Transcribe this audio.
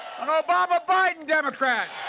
an obama-biden democrat,